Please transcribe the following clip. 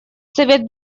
совет